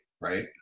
right